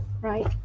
right